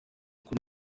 kuri